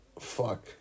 fuck